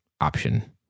option